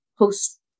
Post